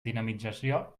dinamització